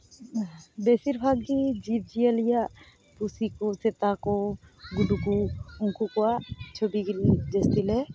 ᱵᱮᱥᱤᱨ ᱵᱷᱟᱜᱽ ᱜᱮ ᱡᱤᱵᱽ ᱵᱤᱭᱟᱹᱞᱤᱭᱟᱜ ᱯᱩᱥᱤ ᱠᱚ ᱥᱮᱛᱟ ᱠᱚ ᱜᱩᱰᱩ ᱠᱚ ᱩᱝᱠᱩ ᱠᱚᱣᱟᱜ ᱪᱷᱚᱵᱤ ᱜᱮ ᱡᱟᱹᱥᱛᱤ ᱞᱮ